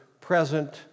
present